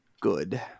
good